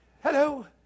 hello